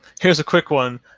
here's a quick one,